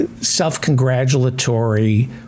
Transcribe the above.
self-congratulatory